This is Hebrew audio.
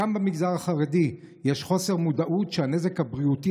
וגם למגזר החרדי יש חוסר מודעות לכך שהנזק הבריאותי